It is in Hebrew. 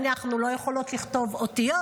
אנחנו לא יכולות לכתוב אותיות,